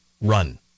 run